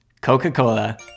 Coca-Cola